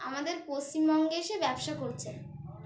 আমাদের পশ্চিমবঙ্গে এসে ব্যবসা করছে